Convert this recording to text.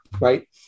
Right